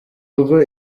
rugo